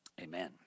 amen